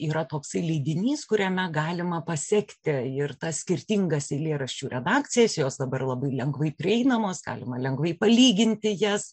yra toksai leidinys kuriame galima pasekti ir tas skirtingas eilėraščių redakcijas jos dabar labai lengvai prieinamos galima lengvai palyginti jas